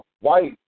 white